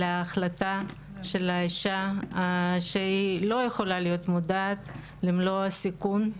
ההחלטה של האישה שהיא לא יכולה להיות מודעת למלוא הסיכון.